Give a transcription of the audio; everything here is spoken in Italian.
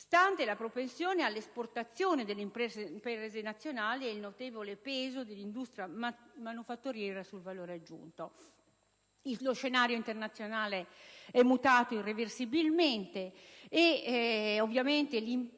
stante la propensione all'esportazione delle imprese nazionali e il notevole peso dell'industria manifatturiera sul valore aggiunto. Lo scenario internazionale è mutato irreversibilmente e ovviamente l'impatto